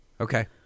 okay